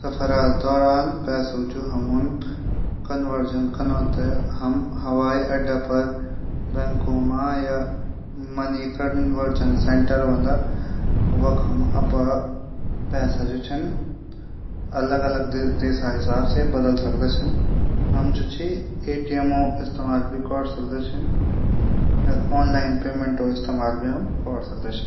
सफर दौरान पैसो जू कनवर्जन त हमन हवाई अड्डा बैंकों मा या कनवर्जन सैंटर वख हम पैसो अदला-बदली अलग अलग देशा हिसाब से बदल सकदा छा। हम एटीएम इस्तेमाल भी कौर सकदा छां।